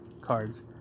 cards